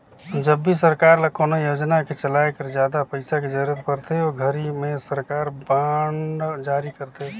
जब भी सरकार ल कोनो योजना के चलाए घर जादा पइसा के जरूरत परथे ओ घरी में सरकार बांड जारी करथे